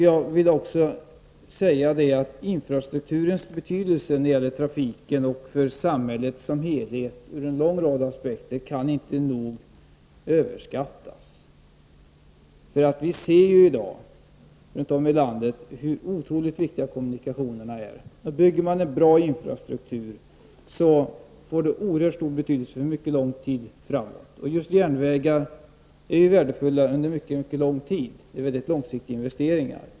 Jag vill också säga att infrastrukturens betydelse när det gäller trafiken och samhället som helhet i en lång rad aspekter nog inte kan överskattas. Vi ser jui dag runt om i landet hur otroligt viktiga kommunikationerna är. Bygger man en bra infrastruktur får detta oerhört stor betydelse för mycket lång tid framåt. Just järnvägar är en långsiktig investering.